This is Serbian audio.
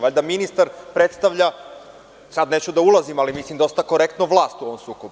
Valjda ministar predstavlja, neću da ulazim, ali mislim dosta korektno vlast u ovom sukobu.